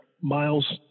miles